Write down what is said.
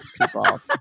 people